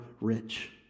rich